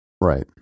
Right